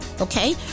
okay